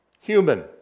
human